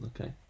Okay